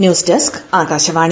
news desk Akashvani